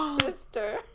sister